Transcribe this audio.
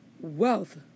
wealth